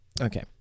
Okay